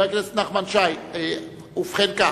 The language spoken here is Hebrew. ובכן כך: